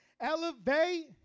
elevate